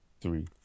three